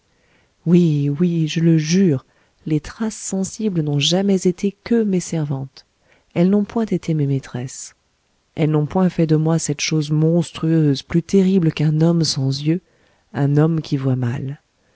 oui oui je le jure les traces sensibles n'ont jamais été que mes servantes elles n'ont point été mes maîtresses elles n'ont point fait de moi cette chose monstrueuse plus terrible qu'un homme sans yeux un homme qui voit mal